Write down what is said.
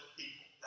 people